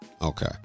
Okay